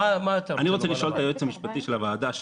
מה אתה רוצה לומר לוועדה?